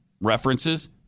references